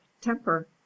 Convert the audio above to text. temper